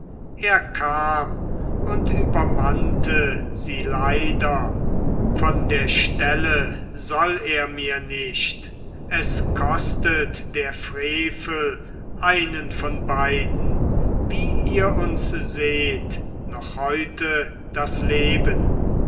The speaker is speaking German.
er kam und übermannte sie leider von der stelle soll er mir nicht es kostet der frevel einen von beiden wie ihr uns seht noch heute das leben